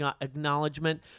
acknowledgement